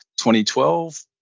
2012